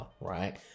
right